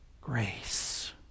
Grace